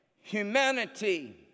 humanity